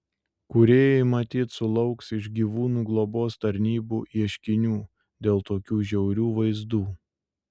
kūrėjai matyt sulauks iš gyvūnų globos tarnybų ieškinių dėl tokių žiaurių vaizdų